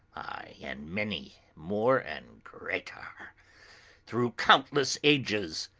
and many more and greater, through countless ages,